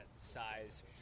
Size